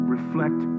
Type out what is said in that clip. Reflect